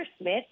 Smith